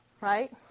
right